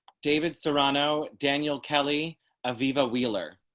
david serrano daniel kelly of eva wheeler.